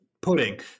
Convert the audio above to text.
pudding